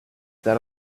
that